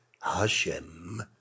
Hashem